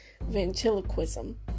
ventriloquism